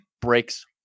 breaks